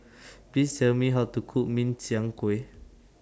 Please Tell Me How to Cook Min Chiang Kueh